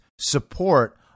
support